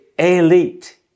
elite